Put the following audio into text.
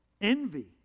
envy